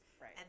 Right